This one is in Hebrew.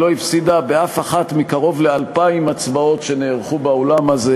היא לא הפסידה באף אחת מקרוב ל-2,000 הצבעות שנערכו באולם הזה,